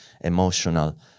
emotional